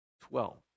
Twelve